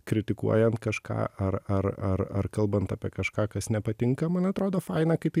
kritikuojant kažką ar ar ar ar kalbant apie kažką kas nepatinka man atrodo faina kai tai